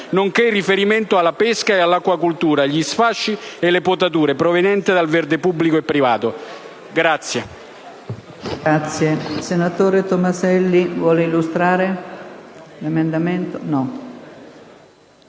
nonché il riferimento alla pesca e l'acquacoltura, gli sfalci e le potature provenienti dal verde pubblico e privato, impegna